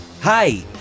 hi